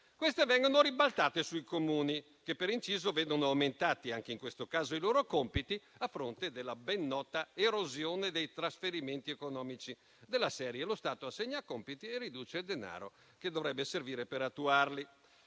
che vengono invece ribaltate sui Comuni (che, per inciso, vedono aumentati anche in questo caso i loro compiti, a fronte della ben nota erosione dei trasferimenti economici): della serie, lo Stato assegna compiti e riduce il denaro che dovrebbe servire per attuarli.